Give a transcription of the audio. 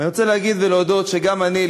אני רוצה להגיד ולהודות שגם אני,